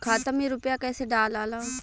खाता में रूपया कैसे डालाला?